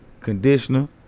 conditioner